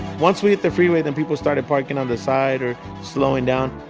once we hit the freeway, then people started parking on the side or slowing down.